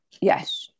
Yes